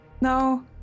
No